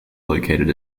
located